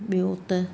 ॿियो त